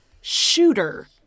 Shooter